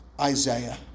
Isaiah